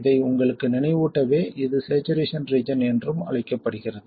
இதை உங்களுக்கு நினைவூட்டவே இது சேச்சுரேஷன் ரீஜன் என்றும் அழைக்கப்படுகிறது